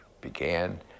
began